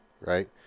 right